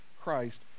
christ